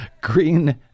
Green